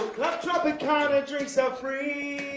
the kind of drinks are free.